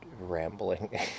rambling